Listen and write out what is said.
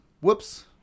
whoops